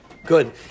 Good